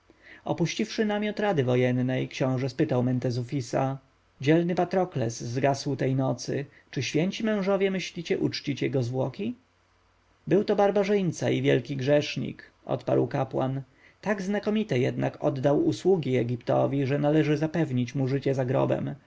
opuściwszy namiot rady wojennej książę spytał mentezufisa dzielny patrokles zgasł tej nocy czy święci mężowie myślicie uczcić jego zwłoki był to barbarzyńca i wielki grzesznik odparł kapłan tak znakomite jednak oddał usługi egiptowi że należy zapewnić mu życie za grobem